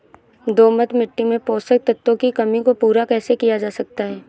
दोमट मिट्टी में पोषक तत्वों की कमी को पूरा कैसे किया जा सकता है?